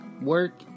work